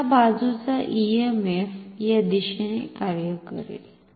तर या बाजूचा ईएमएफ या दिशेने कार्य करेल